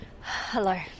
Hello